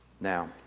Now